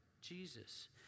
Jesus